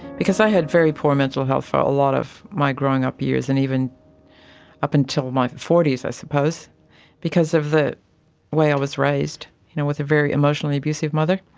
because i had very poor mental health for a lot of my growing up years, and even up until my forty s i suppose because of the way i was raised you know with a very emotionally abusive mother.